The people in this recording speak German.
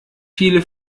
viele